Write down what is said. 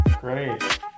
Great